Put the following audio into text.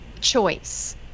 choice